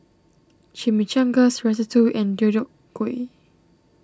Chimichangas Ratatouille and Deodeok Gui